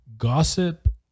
gossip